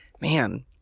man